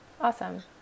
Awesome